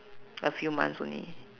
a few months only